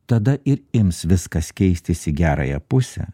tada ir ims viskas keistis į gerąją pusę